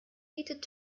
bietet